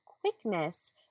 quickness